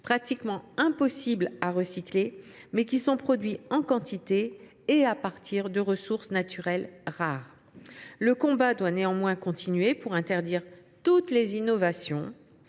pratiquement impossibles à recycler, mais produits en quantité à partir de ressources naturelles rares. Le combat doit néanmoins continuer pour interdire toutes les innovations